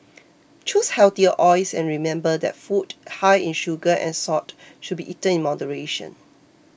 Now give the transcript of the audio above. choose healthier oils and remember that food high in sugar and salt should be eaten in moderation